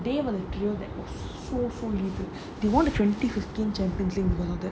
they will drill that full fully they won the twenty fifteen championship you know that